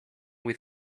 with